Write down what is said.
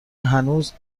هنوز